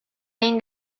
این